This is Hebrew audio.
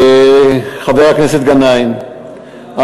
חבר הכנסת גנאים,